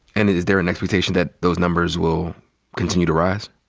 and is there an expectation that those numbers will continue to rise?